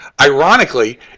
ironically